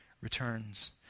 returns